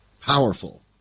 Powerful